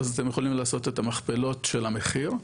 אז אתם יכולים לעשות את המכפלות של המחיר,